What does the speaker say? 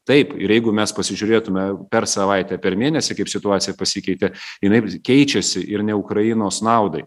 taip ir jeigu mes pasižiūrėtumėme per savaitę per mėnesį kaip situacija pasikeitė jinai keičiasi ir ne ukrainos naudai